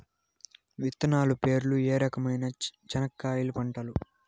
విత్తనాలు పేర్లు ఏ రకమైన చెనక్కాయలు పంటలు?